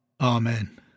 Amen